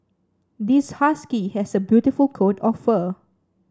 this husky has a beautiful coat of fur